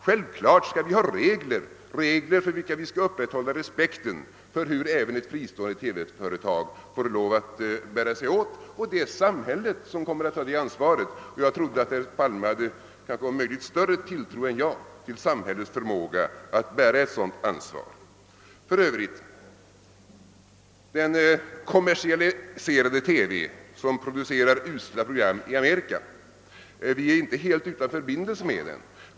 Naturligtvis skall vi ha regler, och vi skall upprätthålla respekten för hur även ett fristående TV-företag får handla. Det är samhället som har det ansvaret, och jag trodde att herr Palme hade om möjligt större tilltro än jag till samhällets förmåga att bära ett sådant ansvar. Den kommersialiserade TV som producerar usla program i Amerika är vi för övrigt inte helt utan förbindelser med.